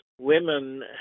women